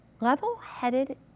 level-headed